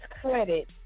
credit